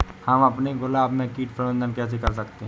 हम अपने गुलाब में कीट प्रबंधन कैसे कर सकते है?